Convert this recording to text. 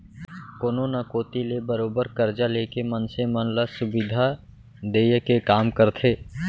कोनो न कोती ले बरोबर करजा लेके मनसे मन ल सुबिधा देय के काम करथे